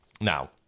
now